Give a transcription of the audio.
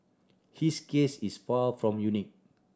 his case is far from unique